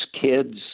kids